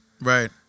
Right